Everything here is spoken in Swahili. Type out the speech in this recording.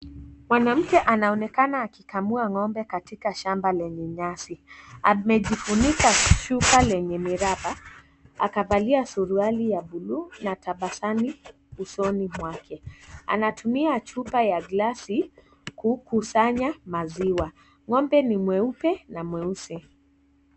Mwanamke anaonekana akikamua ng'ombe kaatika shamba lenye nyasi, amejifunika shuka lenye miraba akavalia suruali ya blue anatabasamu usoni mwake anatumia chupa ya glasi kusanya maziwa, ng'ombe ni mweupe na mweusi.